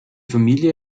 familie